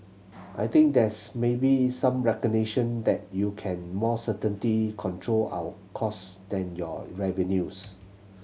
I think there's maybe some recognition that you can more certainly control our cost than your revenues